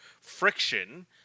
friction